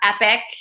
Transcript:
Epic